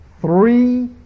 three